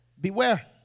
beware